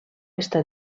està